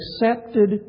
accepted